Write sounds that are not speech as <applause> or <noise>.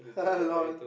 <laughs> lol